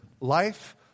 Life